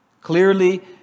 Clearly